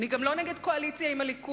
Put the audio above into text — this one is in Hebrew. אני גם לא נגד קואליציה עם הליכוד.